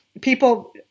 people